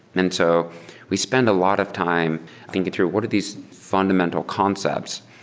and so we spend a lot of time thinking through what are these fundamental concepts,